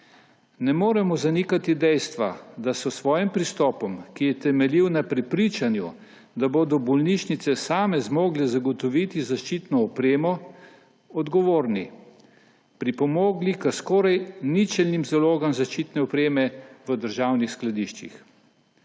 Ne moremo zanikati dejstva, da so s svojim pristopom, ki je temeljil na prepričanju, da bodo bolnišnice same zmogle zagotoviti zaščitno opremo, odgovorni pripomogli k skoraj ničelnim zalogam zaščitne opreme v državnih skladiščih.